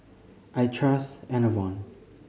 I trust Enervon